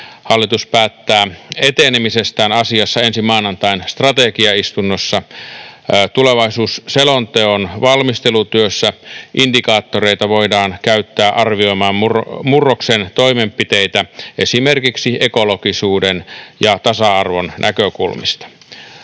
Hallitus päättää etenemisestään asiassa ensi maanantain strategiaistunnossa. Tulevaisuusselonteon valmistelutyössä indikaattoreita voidaan käyttää arvioimaan murroksen toimenpiteitä esimerkiksi ekologisuuden ja tasa-arvon näkökulmista.